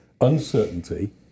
Uncertainty